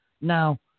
Now